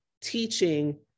teaching